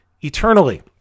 eternally